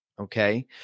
okay